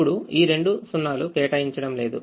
ఇప్పుడు ఈ రెండు 0 లు కేటాయించడం లేదు